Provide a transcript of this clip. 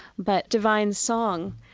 but divine song